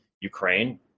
Ukraine